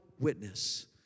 witness